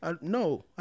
No